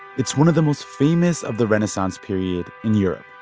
it's one of the most famous of the renaissance period in europe.